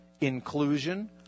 inclusion